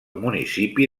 municipi